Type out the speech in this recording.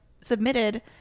submitted